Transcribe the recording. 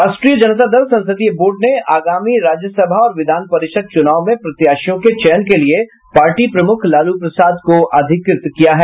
राष्ट्रीय जनता दल संसदीय बोर्ड ने आगामी राज्यसभा और विधान परिषद चुनाव में प्रत्याशियों के चयन के लिए पार्टी प्रमुख लालू प्रसाद को अधिकृत किया है